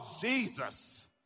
Jesus